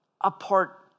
apart